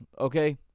Okay